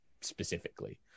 specifically